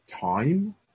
time